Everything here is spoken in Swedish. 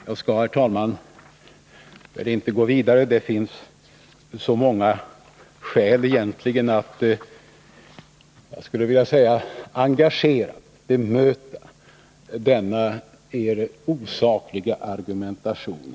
Jag skall, herr talman, inte gå vidare, även om det finns många skäl att engagerat bemöta denna er osakliga argumentation.